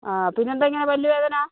ആ പിന്നെന്താ ഇങ്ങനെ പല്ല് വേദന